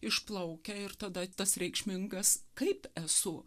išplaukia ir tada tas reikšmingas kaip esu